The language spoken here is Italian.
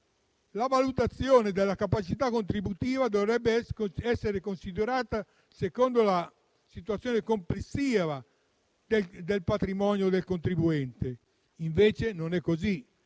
la valutazione della capacità contributiva dovrebbe essere considerata secondo la situazione complessiva del patrimonio del contribuente, invece non è così.